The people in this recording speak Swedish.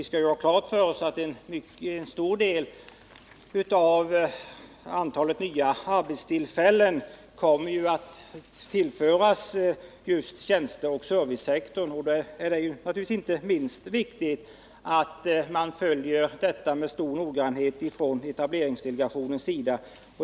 Vi skall ha klart för oss att en del av de nya arbetstillfällena kommer att ligga på just tjänsteoch servicesektorn. Därför är det inte minst viktigt att etableringsdelegationen följer den utvecklingen med stor noggrannhet.